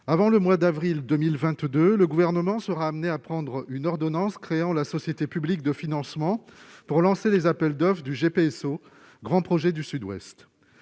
avant le mois d'avril 2022, le gouvernement sera amené à prendre une ordonnance créant la société publique de financements pour lancer des appels d'offres ou du GPSO Grands projets du Sud-Ouest,